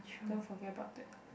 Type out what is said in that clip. don't forget about that